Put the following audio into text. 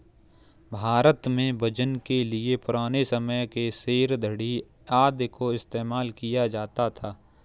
भारत में वजन के लिए पुराने समय के सेर, धडी़ आदि का इस्तेमाल किया जाता था